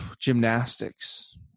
gymnastics